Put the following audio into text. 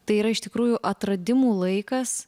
tai yra iš tikrųjų atradimų laikas